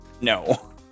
No